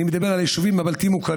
אני מדבר על היישובים הבלתי-מוכרים.